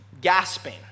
gasping